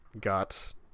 got